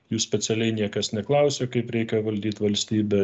jų specialiai niekas neklausia kaip reikia valdyt valstybę